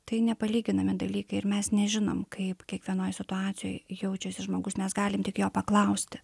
tai nepalyginami dalykai ir mes nežinom kaip kiekvienoj situacijoj jaučiasi žmogus mes galim tik jo paklausti